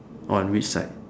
on which side